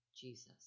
Jesus